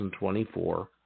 2024